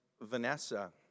Vanessa